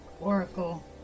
Oracle